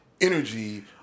energy